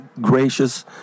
gracious